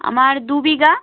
আমার দুবিঘা